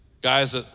guys